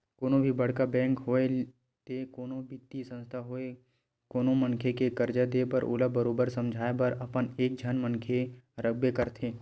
कोनो भी बड़का बेंक होवय ते कोनो बित्तीय संस्था होवय कोनो मनखे के करजा देय बर ओला बरोबर समझाए बर अपन एक झन मनखे रखबे करथे